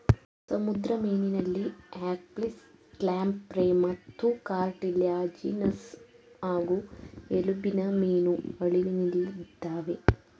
ಸಮುದ್ರ ಮೀನಲ್ಲಿ ಹ್ಯಾಗ್ಫಿಶ್ಲ್ಯಾಂಪ್ರೇಮತ್ತುಕಾರ್ಟಿಲ್ಯಾಜಿನಸ್ ಹಾಗೂ ಎಲುಬಿನಮೀನು ಅಳಿವಿನಲ್ಲಿದಾವೆ